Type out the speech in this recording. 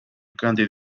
cándido